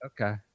Okay